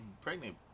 pregnant